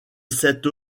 cette